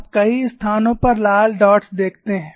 आप कई स्थानों पर लाल डॉट्स देखते हैं